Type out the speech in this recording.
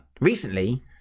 recently